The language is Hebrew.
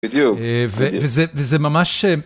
בדיוק. וזה ממש...